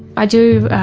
i do